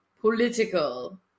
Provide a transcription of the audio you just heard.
Political